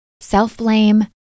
self-blame